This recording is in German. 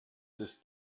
ist